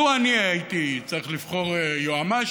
לו אני הייתי צריך לבחור יועמ"ש,